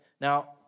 Now